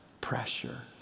pressure